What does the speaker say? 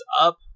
up